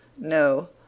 No